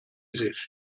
sich